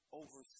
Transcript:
over